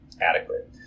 adequate